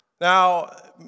Now